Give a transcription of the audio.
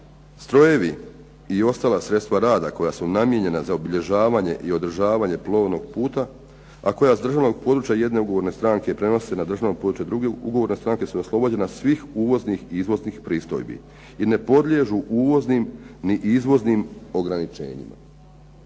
strojevi i ostala sredstva rada koja su namijenjena za obilježavanje i održavanje plovnog puta, a koja s državnog područja jedne ugovorne stranke prenose na državno područje druge ugovorne stranke su oslobođena svih uvoznih i izvoznih pristojbi i ne podliježu uvoznim ni izvoznim ograničenjima.